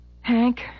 Hank